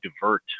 divert